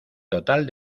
total